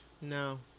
No